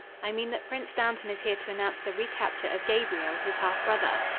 i mean that prince dantan is here to announce the recapture of gabriel, his half-brother.